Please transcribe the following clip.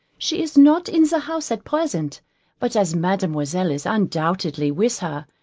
she is not in the house at present but as mademoiselle is undoubtedly with her,